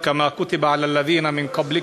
כשאני רעב אני מתבטא